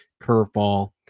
curveball